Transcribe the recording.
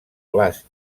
glaç